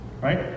right